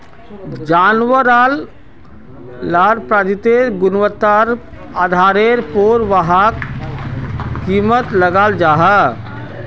जानवार लार प्रजातिर गुन्वात्तार आधारेर पोर वहार कीमत लगाल जाहा